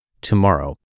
tomorrow